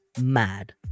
mad